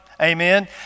amen